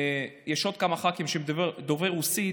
ועוד כמה חברי כנסת שהם דוברי רוסית,